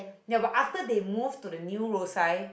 ya but after they move to the new Rosyth